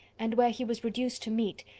and where he was reduced to meet,